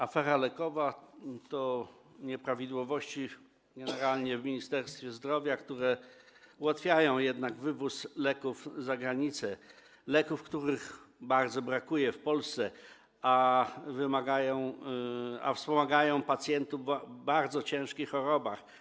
Afera lekowa to nieprawidłowości generalnie w Ministerstwie Zdrowia, które ułatwiają wywóz za granicę leków, których bardzo brakuje w Polsce, a które wspomagają pacjentów w bardzo ciężkich chorobach.